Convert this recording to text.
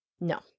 no